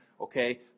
okay